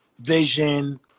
vision